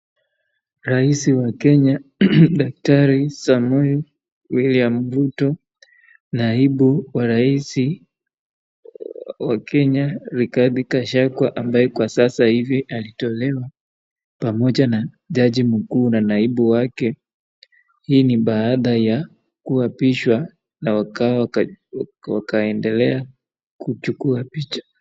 Rais wa Kenya, daktari Samoei William Ruto naibu wa rais wa Kenya Rigathi Gachagua ambaye kwa sasa hivi alitolewa pamoja na jaji mkuu na naibu wake, hii ni baada ya kuapishwa na wakaendelea kuchukua picha.